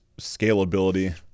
scalability